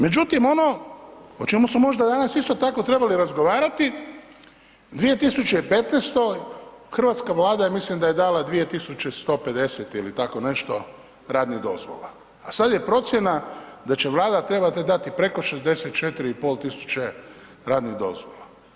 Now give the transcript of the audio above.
Međutim, ono o čemu smo možda danas isto tako trebali razgovarati 2015.-toj Hrvatska Vlada mislim da je dala 2.150 ili tako nešto radnih dozvola, a sad je procjena da će Vlada trebati dati preko 64.500 radnih dozvola.